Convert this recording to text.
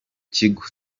kigo